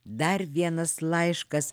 dar vienas laiškas